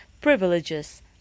privileges